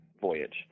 voyage